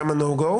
כמה no go?